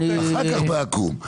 אחר כך בעקום.